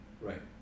Right